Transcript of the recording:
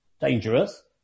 dangerous